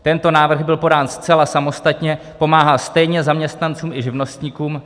Tento návrh byl podán zcela samostatně, pomáhá stejně zaměstnancům i živnostníkům.